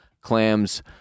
clams